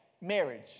marriage